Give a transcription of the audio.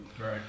Right